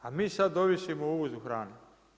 A mi sad ovisimo o uvozu hrane.